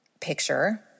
picture